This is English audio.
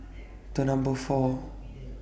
The Number four